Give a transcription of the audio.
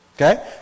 Okay